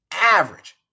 average